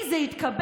אם זה יתקבל,